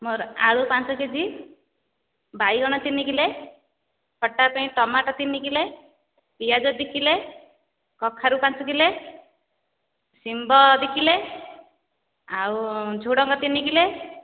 ମୋର ଆଳୁ ପାଞ୍ଚ କେ ଜି ବାଇଗଣ ତିନି କିଲେ ଖଟା ପାଇଁ ଟମାଟୋ ତିନି କିଲେ ପିଆଜ ଦୁଇ କିଲେ କଖାରୁ ପାଞ୍ଚ କିଲେ ସିମ୍ବ ଦି କିଲେ ଆଉ ଝୁଡ଼ଙ୍ଗ ତିନି କିଲେ